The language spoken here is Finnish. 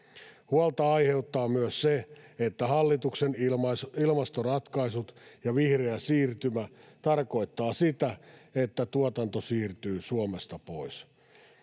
Huolta aiheuttaa myös se, että hallituksen ilmastoratkaisut ja vihreä siirtymä tarkoittavat sitä, että tuotanto siirtyy Suomesta pois.